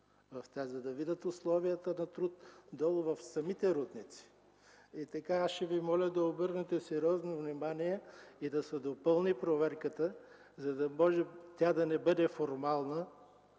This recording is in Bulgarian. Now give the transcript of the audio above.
е да видят условията на труд в самите рудници. Аз ще Ви моля да обърнете сериозно внимание и да се допълни проверката, за да не е формална.